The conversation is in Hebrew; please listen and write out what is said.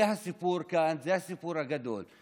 זה הסיפור כאן, זה הסיפור הגדול.